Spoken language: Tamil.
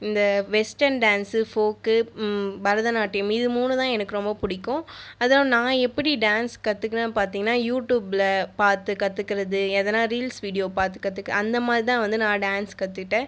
இந்த வெஸ்டர்ன் டான்ஸு ஃபோக்கு பரதநாட்டியம் இது மூணு தான் எனக்கு ரொம்ப பிடிக்கும் அதுவும் நான் எப்படி டான்ஸ் கத்துக்குவேன்னு பார்த்தீங்கனா யூட்யூபில் பார்த்து கத்துக்கிறது எதனா ரீல்ஸ் வீடியோ பார்த்து கற்றுக்க அந்த மாதிரி தான் வந்து நான் டான்ஸ் கற்றுக்கிட்டேன்